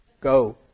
Go